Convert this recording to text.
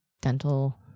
dental